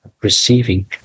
receiving